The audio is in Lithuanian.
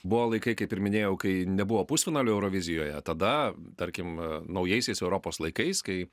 buvo laikai kai kaip ir minėjau kai nebuvo pusfinalio eurovizijoje tada tarkim naujaisiais europos laikais kai